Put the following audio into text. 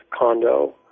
condo